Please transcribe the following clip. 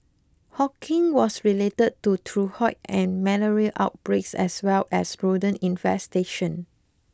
Hawking was related to typhoid and malaria outbreaks as well as rodent infestation